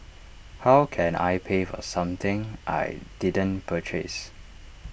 how can I pay for something I didn't purchase